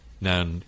now